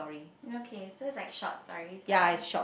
okay so it's like short stories lah